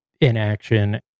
inaction